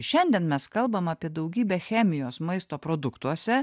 šiandien mes kalbam apie daugybę chemijos maisto produktuose